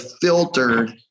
filtered